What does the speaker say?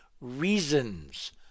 reasons